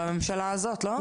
בממשלה הזאת, לא?